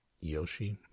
Yoshi